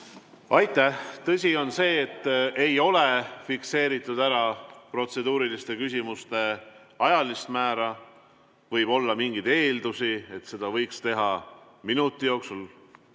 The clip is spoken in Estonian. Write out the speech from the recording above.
Aitäh! Tõsi on see, et ei ole fikseeritud protseduuriliste küsimuste ajalist määra. Võib olla mingeid eeldusi, et seda võiks teha minuti jooksul.